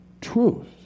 Truth